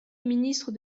ministre